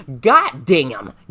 goddamn